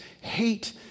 hate